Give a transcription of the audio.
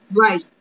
Right